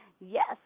Yes